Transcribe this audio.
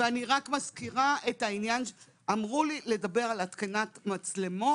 בקשו ממני לדבר על התקנת מצלמות,